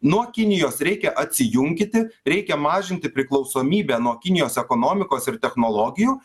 nuo kinijos reikia atsijunkyti reikia mažinti priklausomybę nuo kinijos ekonomikos ir technologijų